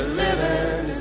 living